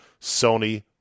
Sony